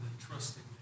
trusting